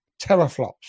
teraflops